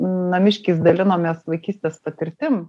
namiškiais dalinomės vaikystės patirtim